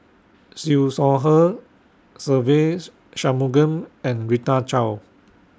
Siew Shaw Her Se Ve Shanmugam and Rita Chao